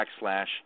Backslash